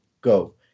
Go